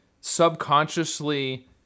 subconsciously